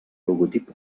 logotip